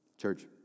Church